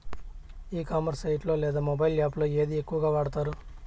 ఈ commerce site లో లేదా మొబైల్ యాప్ లో ఏది ఎక్కువగా వాడుతారు?